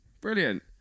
brilliant